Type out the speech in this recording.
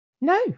no